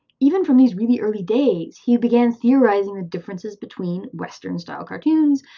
even from these really early day, he began theorizing the differences between western-style cartoons,